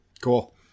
Cool